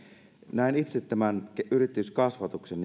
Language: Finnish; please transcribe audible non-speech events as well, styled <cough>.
näen itse nimenomaan tämän yrityskasvatuksen <unintelligible>